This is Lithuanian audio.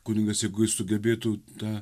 kunigas jeigu jis sugebėtų tą